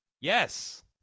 Yes